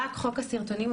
רק חוק הסרטונים,